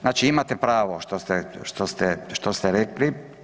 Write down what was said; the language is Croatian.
Znači imate pravo što ste rekli.